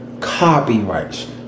copyrights